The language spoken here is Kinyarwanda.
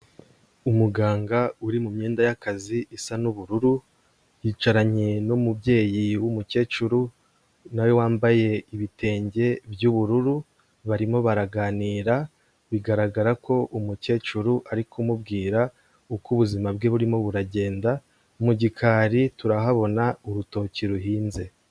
Umuganga uri mu myenda y'akazi isa n'ubururu, yicaranye n'umubyeyi w'umukecuru na we wambaye ibitenge by'ubururu barimo baraganira. Bigaragara ko umukecuru ari kumubwira uko ubuzima bwe burimo buragenda, mu gikari turahabona urutoki ruhinze.